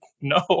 no